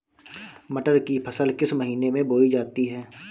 मटर की फसल किस महीने में बोई जाती है?